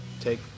take